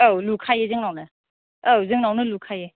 औ लुखायो जोंनावनो औ जोंनावनो लुखायो